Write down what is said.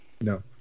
No